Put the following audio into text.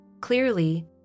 Clearly